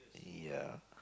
ya